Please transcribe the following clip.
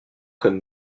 comme